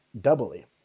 doubly